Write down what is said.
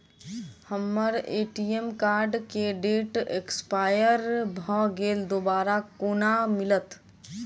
हम्मर ATM card केँ date expire भऽ गेल दोबारा कोना मिलत?